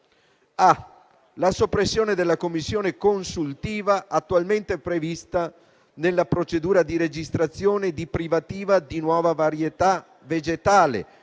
la soppressione della Commissione consultiva attualmente prevista nella procedura di registrazione di privativa di nuova varietà vegetale